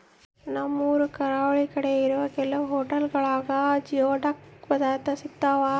ನಮ್ಮೂರು ಕರಾವಳಿ ಕಡೆ ಇರೋ ಕೆಲವು ಹೊಟೆಲ್ಗುಳಾಗ ಜಿಯೋಡಕ್ ಪದಾರ್ಥ ಸಿಗ್ತಾವ